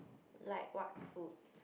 like what food